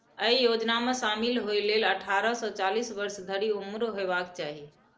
अय योजना मे शामिल होइ लेल अट्ठारह सं चालीस वर्ष धरि उम्र हेबाक चाही